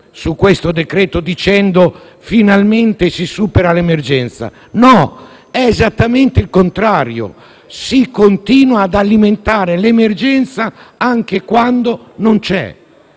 su questo decreto-legge dicendo che finalmente si supera l'emergenza: no, è esattamente il contrario, si continua ad alimentare l'emergenza, anche quando non c'è.